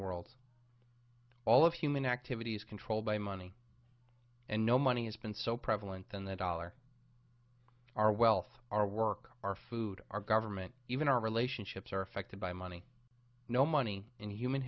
world all of human activity is controlled by money and no money has been so prevalent in the dollar our wealth our work our food our government even our relationships are affected by money no money in human